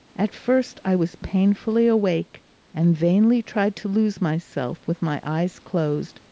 at first i was painfully awake and vainly tried to lose myself, with my eyes closed,